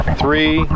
three